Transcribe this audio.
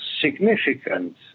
significant